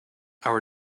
our